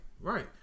Right